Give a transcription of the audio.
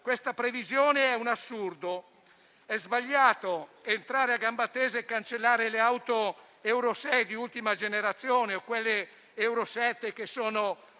Questa previsione è un assurdo. È sbagliato entrare a gamba tesa e cancellare le auto Euro 6 di ultima generazione o le Euro 7, che sono